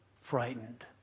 frightened